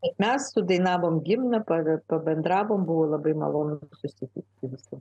bet mes sudainavom himną pagal pabendravom buvo labai malonu susitikt visi